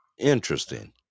Interesting